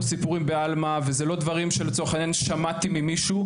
סיפורים בעלמה וזה לא דברים שלצורך העניין שמעתי ממישהו,